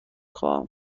خواهم